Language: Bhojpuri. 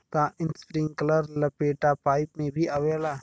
का इस्प्रिंकलर लपेटा पाइप में भी आवेला?